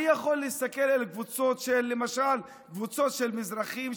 אני יכול להסתכל על קבוצות למשל של מזרחים,